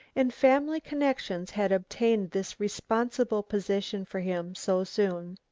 and family connections had obtained this responsible position for him so soon.